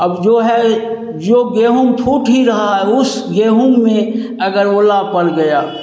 अब जो है जो गेहूँ फूट ही रहा उस गेहूँ में अगर ओला पड़ गया